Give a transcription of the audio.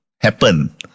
happen